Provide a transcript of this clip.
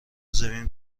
زمین